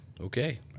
Okay